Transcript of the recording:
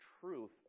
truth